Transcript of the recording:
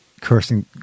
cursing